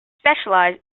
specialized